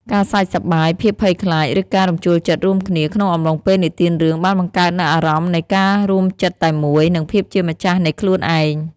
ការសើចសប្បាយ ភាពភ័យខ្លាច ឬការរំជួលចិត្តរួមគ្នាក្នុងអំឡុងពេលនិទានរឿងបានបង្កើតនូវអារម្មណ៍នៃការរួមចិត្តតែមួយ និងភាពជាម្ចាស់នៃខ្លួនឯង។